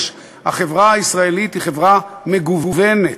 החברה הישראלית היא חברה מגוונת.